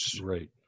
right